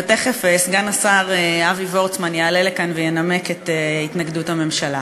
ותכף סגן השר אבי וורצמן יעלה לכאן וינמק את התנגדות הממשלה.